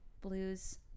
blues